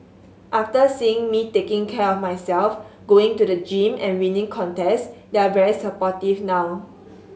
after seeing me taking care of myself going to the gym and winning contest they're very supportive now